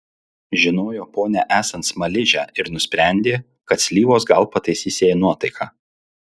žinojo ponią esant smaližę ir nusprendė kad slyvos gal pataisys jai nuotaiką